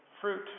fruit